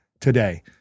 today